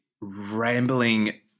rambling